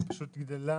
לא, היא פשוט גדלה